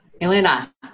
Elena